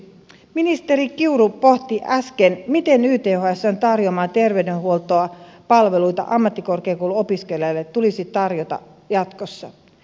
ministeri kiuru pohti äsken miten ythsn tarjoamia terveydenhuoltopalveluita ammattikorkeakouluopiskelijoille tulisi tarjota jatkossa